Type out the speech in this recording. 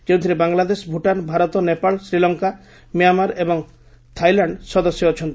ଯେଉଁଥିରେ ବାଂଲାଦେଶ ଭୁଟାନ୍ ଭାରତ ନେପାଳ ଶ୍ରୀଲଙ୍କା ମ୍ୟାମାର ଏବଂ ଥାଇଲ୍ୟାଣ୍ଡ ସଦସ୍ୟ ଅଛନ୍ତି